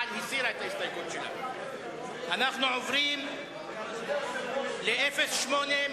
אנחנו עוברים לסעיף 08,